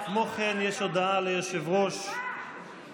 לחוק-יסוד: הממשלה,